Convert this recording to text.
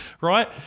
Right